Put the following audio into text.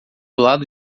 lado